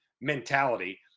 mentality